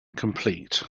complete